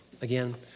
again